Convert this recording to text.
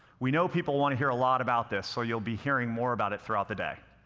we know people wanna hear a lot about this so you'll be hearing more about it throughout the day.